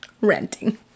renting